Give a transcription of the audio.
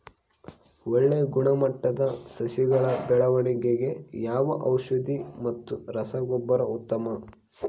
ಒಳ್ಳೆ ಗುಣಮಟ್ಟದ ಸಸಿಗಳ ಬೆಳವಣೆಗೆಗೆ ಯಾವ ಔಷಧಿ ಮತ್ತು ರಸಗೊಬ್ಬರ ಉತ್ತಮ?